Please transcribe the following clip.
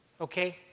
Okay